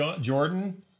Jordan